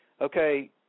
Okay